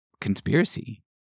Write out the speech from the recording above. conspiracy